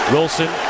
Wilson